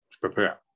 Prepare